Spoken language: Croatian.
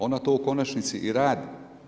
Ona to u konačnici i radi.